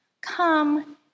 Come